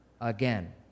again